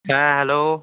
হ্যাঁ হ্যালো